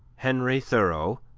henry thoreau,